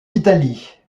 italie